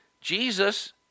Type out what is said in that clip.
Jesus